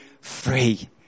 free